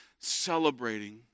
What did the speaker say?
celebrating